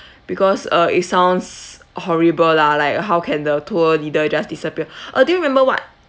because uh it sounds horrible lah like how can the tour leader just disappear uh do you remember what